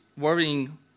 worrying